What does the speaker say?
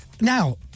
Now